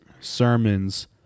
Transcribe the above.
sermons